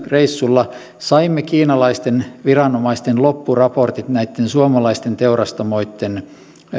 reissulla saimme kiinalaisten viranomaisten loppuraportit näitten suomalaisten teurastamoitten